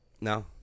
No